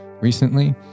recently